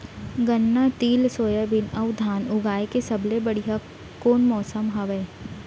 गन्ना, तिल, सोयाबीन अऊ धान उगाए के सबले बढ़िया कोन मौसम हवये?